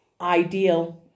ideal